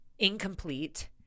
incomplete